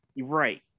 Right